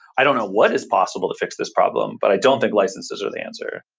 i don't know what is possible to fix this problem, but i don't think licenses are the answer.